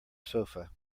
sofa